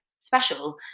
special